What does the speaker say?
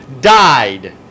died